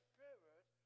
Spirit